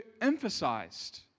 emphasized